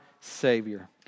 Savior